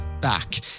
back